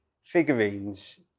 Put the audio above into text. figurines